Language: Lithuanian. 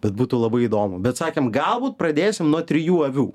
bet būtų labai įdomu bet sakėm galbūt pradėsim nuo trijų avių